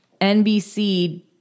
NBC